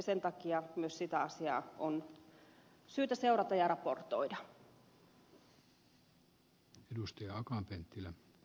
sen takia myös sitä asiaa on syytä seurata ja raportoida